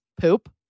poop